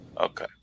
Okay